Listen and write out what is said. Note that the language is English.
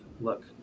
look